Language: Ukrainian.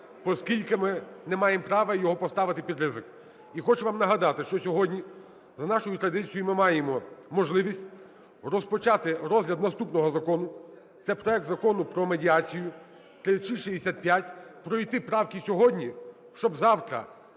поскільки ми не маємо права його поставити під ризик. І хочу вам нагадати, що сьогодні за нашою традицією ми маємо можливість розпочати розгляд наступного закону - це проект Закону про медіацію (3665). Пройти правки сьогодні, щоб завтра